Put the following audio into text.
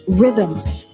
rhythms